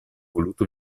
voluto